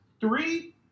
three